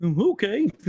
okay